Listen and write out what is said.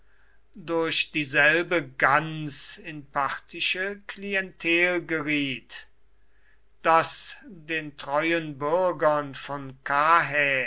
durch dieselbe ganz in parthische klientel geriet daß den treuen bürgern von